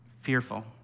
fearful